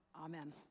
Amen